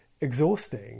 exhausting